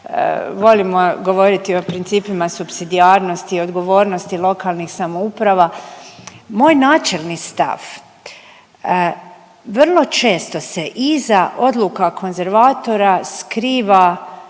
volimo govoriti o principima supsidijarnosti i odgovornosti lokalnih samouprava. Moj načelni stav, vrlo često se iza odluka konzervatora skriva